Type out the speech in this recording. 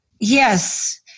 Yes